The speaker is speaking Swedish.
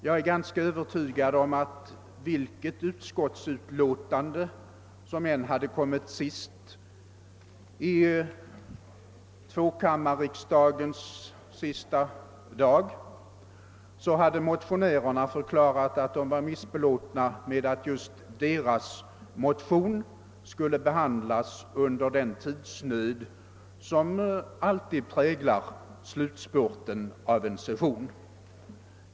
Jag är ganska övertygad om att vilket utskottsutlåtande som än hade kommit sist under tvåkammarsriksdagens sista dag så hade motionärerna förklarat att de var missbelåtna med att just deras motion skulle behandlas under den tidsnöd som alltid präglar slut spurten av en session.